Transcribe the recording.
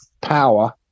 power